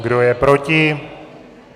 Kdo je proti?